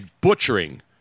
butchering